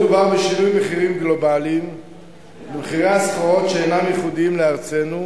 מדובר בשינויי מחירים גלובליים במחירי הסחורות שאינם ייחודיים לארצנו.